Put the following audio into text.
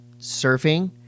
surfing